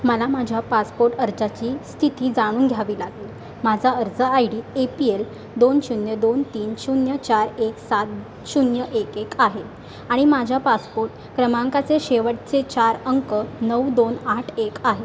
मला माझ्या पासपोर्ट अर्जाची स्थिती जाणून घ्यावी लागेल माझा अर्ज I D A P L दोन शून्य दोन तीन शून्य चार एक सात शून्य एक एक आहे आणि माझ्या पासपोर्ट क्रमांकाचे शेवटचे चार अंक नऊ दोन आठ एक आहेत